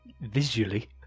visually